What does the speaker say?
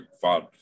fun